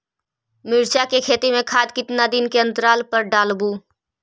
मिरचा के खेत मे खाद कितना दीन के अनतराल पर डालेबु?